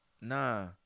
Nah